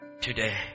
Today